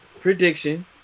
prediction